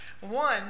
One